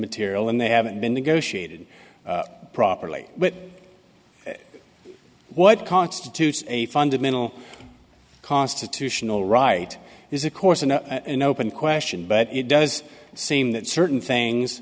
material and they haven't been negotiated properly what constitutes a fundamental constitutional right is a course in an open question but it does seem that certain things